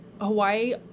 Hawaii